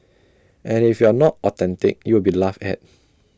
and if you are not authentic you will be laughed at